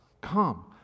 Come